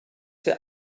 wir